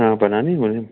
हाँ बनानी है बोलिए